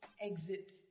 exit